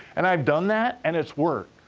and i've done that, and it's worked,